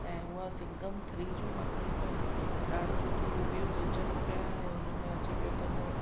ऐं हुअ सिंघम थ्री जी मां कयूं आहिनि ॾाढो सुठो रिव्यूज़ अचनि पिया ऐं हुनमें अचे पियो त न